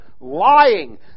Lying